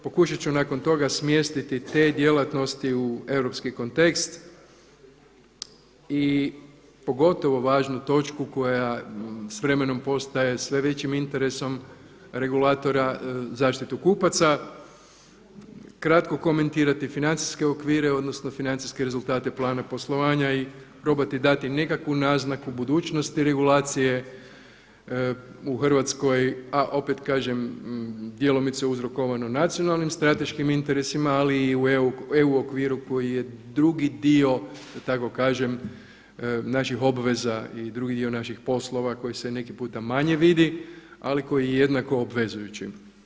Pokušati ću nakon toga smjestiti te djelatnosti u europski kontekst i pogotovo važnu točku koja s vremenom postaje sve većim interesom regulatora zaštitu kupaca, kratko komentirati financijske okvire, odnosno financijske rezultate plana poslovanja i probati dati nekakvu naznaku budućnosti regulacije u Hrvatskoj a opet kažem djelomice uzrokovano nacionalnim strateškim interesima ali i u EU okviru koji je drugi dio da tako kažem naših obveza i drugi dio naših poslova koji se neki puta manje vidi ali koji je jednako obvezujući.